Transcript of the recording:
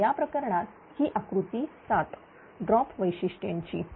तर या प्रकरणात ही आकृती 7 ड्रॉप वैशिष्ट्यांची